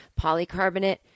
polycarbonate